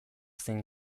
zein